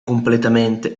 completamente